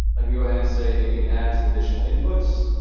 ah go ahead and say, maybe add some additional inputs.